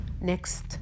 next